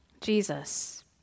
Jesus